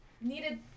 needed